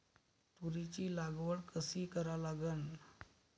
तुरीची लागवड कशी करा लागन?